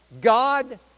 God